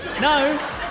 No